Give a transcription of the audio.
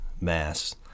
mass